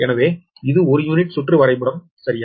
எனவே இது ஒரு யூனிட் சுற்று வரைபடம் சரியா